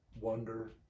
wonder